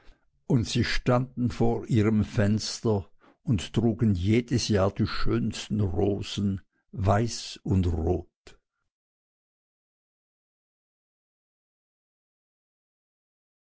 und sie standen vor ihrem fenster und trugen jedes jahr die schönsten rosen weiß und rot